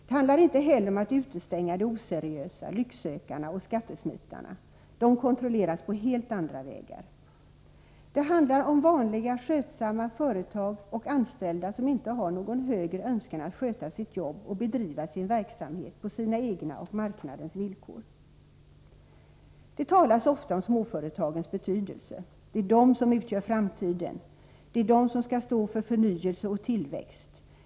Det handlar inte heller om att utestänga de oseriösa, lycksökarna och skattesmitarna. De kontrolleras på helt andra vägar. Det handlar om vanliga, skötsamma företag och anställda som inte har någon högre önskan än att sköta sitt jobb och bedriva sin verksamhet på sina egna och marknadens villkor. Det talas ofta om småföretagens betydelse. Det är de som utgör framtiden. Det är de som skall stå för förnyelse och tillväxt.